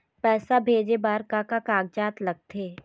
पैसा भेजे बार का का कागजात लगथे?